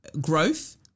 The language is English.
growth